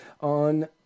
on